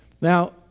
Now